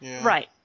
Right